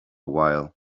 while